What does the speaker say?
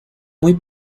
muy